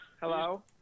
Hello